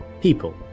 people